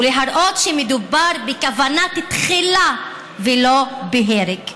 ולהראות שמדובר בכוונה תחילה ולא בהרג.